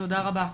תודה רבה.